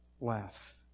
laugh